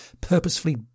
purposefully